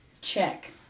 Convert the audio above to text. Check